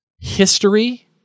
history